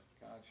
Gotcha